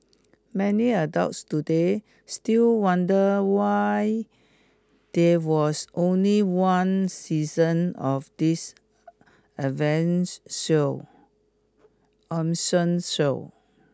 many adults today still wonder why there was only one season of this avenge show show